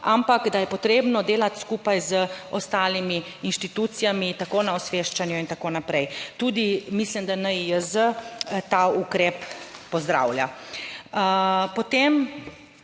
ampak da je potrebno delati skupaj z ostalimi inštitucijami, tako na osveščanju in tako naprej. Tudi mislim, da NIJZ ta ukrep pozdravlja.